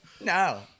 No